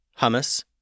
Hummus